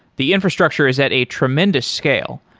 the infrastructure is at a tremendous scale,